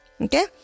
Okay